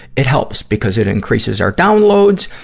it helps because it increases our downloads,